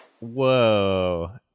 Whoa